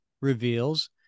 reveals